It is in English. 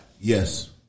Yes